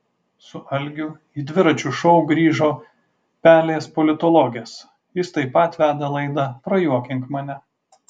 su algiu į dviračio šou grįžo pelės politologės jis taip pat veda laidą prajuokink mane